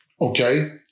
Okay